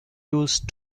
used